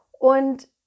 Und